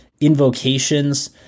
invocations